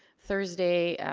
thursday,